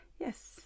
yes